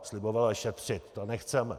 Slibovala šetřit to nechceme.